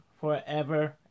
forever